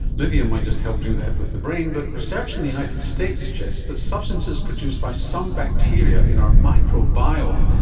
lithium might just help do that with the brain, but research in the united states suggests that substances produced by some bacteria in our microbiome,